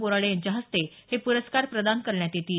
बोराडे यांच्या हस्ते हे पुरस्कार प्रदान करण्यात येतील